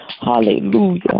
Hallelujah